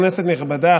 כנסת נכבדה,